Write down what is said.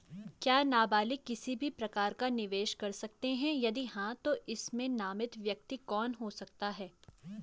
क्या नबालिग किसी भी प्रकार का निवेश कर सकते हैं यदि हाँ तो इसमें नामित व्यक्ति कौन हो सकता हैं?